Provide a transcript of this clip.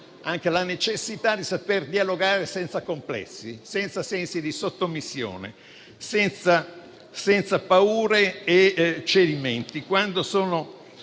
della necessità di saper dialogare senza complessi, senza sensi di sottomissione, senza paure e cedimenti, quando sono